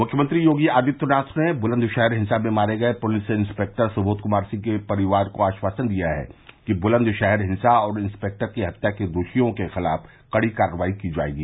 मुख्यमंत्री योगी आदित्यनाथ ने बुलंदशहर हिंसा में मारे गए पुलिस इंस्पेक्टर सुबोघ कुमार सिंह के परिवार को आश्वासन दिया है कि ब्लंदशहर हिंसा और इंस्पेक्टर की हत्या के दोषियों के खिलाफ कड़ी कार्रवाई की जायेगी